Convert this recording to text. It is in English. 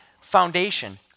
foundation